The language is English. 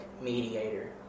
mediator